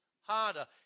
harder